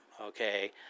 okay